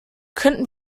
könnten